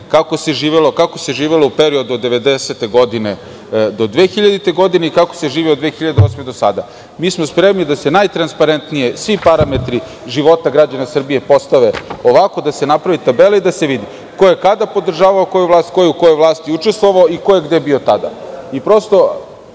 kako se živelo u periodu od 1990. godine do 2000. godine, i kako se živi od 2008. godine do sada. Mi smo spremni da se najtransparentnije svi parametri života građana Srbije postave ovako, da se napravi tabela i da se vidi ko je kada podržavao koju vlast, ko je u vlasti učestvova i ko je gde bio tada. Prosto,